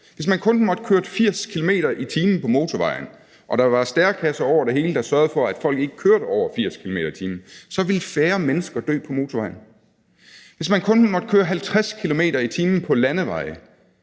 Hvis man kun måtte køre 80 km/t. på motorvejen og der var stærekasser over det hele, der sørgede for, at folk ikke kørte over 80 km/t., så ville færre mennesker dø på motorvejen. Hvis man kun måtte køre 50 km/t. på landevej